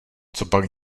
copak